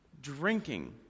Drinking